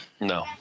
No